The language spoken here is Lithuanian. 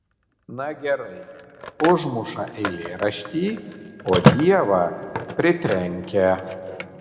na gerai užmuša eilėraštį o dievą pritrenkia